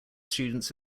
students